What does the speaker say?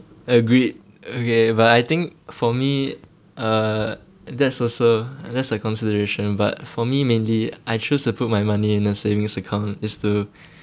agreed okay but I think for me uh that's also that's a consideration but for me mainly I choose to put my money in a savings account it's to